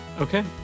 Okay